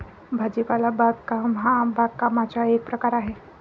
भाजीपाला बागकाम हा बागकामाचा एक प्रकार आहे